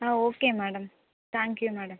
ah okay madam thank you madam